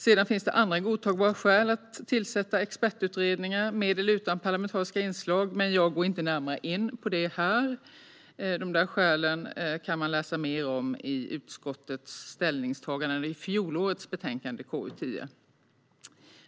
Det finns andra godtagbara skäl att tillsätta expertutredningar, med eller utan parlamentariska inslag, men jag går inte närmare in på det här. De skälen kan man läsa mer om i utskottets ställningstaganden i fjolårets betänkande KU10.